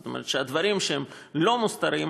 זאת אומרת שהדברים שהם לא מוסתרים,